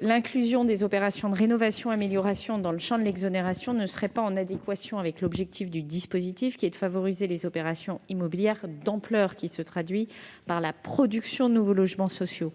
L'inclusion des opérations de rénovation-amélioration dans le champ des exonérations ne serait pas en adéquation avec l'objectif du dispositif, qui est de favoriser les opérations immobilières d'ampleur se traduisant par la production de nouveaux logements sociaux.